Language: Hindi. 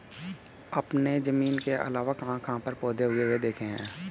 आपने जमीन के अलावा कहाँ कहाँ पर पौधे उगे हुए देखे हैं?